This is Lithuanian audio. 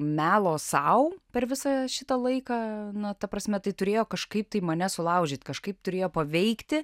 melo sau per visą šitą laiką na ta prasme tai turėjo kažkaip tai mane sulaužyt kažkaip turėjo paveikti